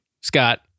Scott